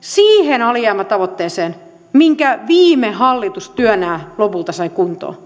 siihen alijäämätavoitteeseen minkä viime hallitus työnään lopulta sai kuntoon